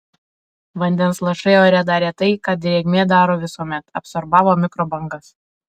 vandens lašai ore darė tai ką drėgmė daro visuomet absorbavo mikrobangas